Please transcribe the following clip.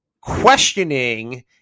questioning